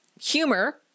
humor